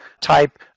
type